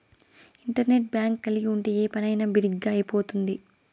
internet bank కలిగి ఉంటే ఏ పనైనా బిరిగ్గా అయిపోతుంది